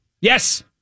Yes